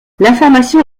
l’information